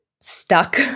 stuck